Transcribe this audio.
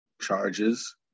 charges